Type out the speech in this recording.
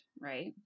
right